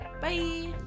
Bye